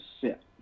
sit